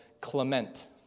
Clement